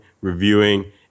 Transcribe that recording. reviewing